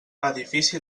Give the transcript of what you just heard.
edifici